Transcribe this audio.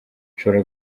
ushobora